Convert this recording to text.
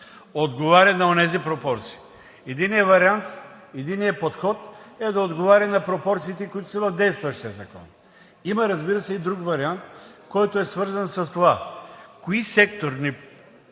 отговаря на онези пропорции. Единият подход е да отговаря на пропорциите, които са в действащия закон. Има, разбира се, и друг вариант, който е свързан с това кои секторни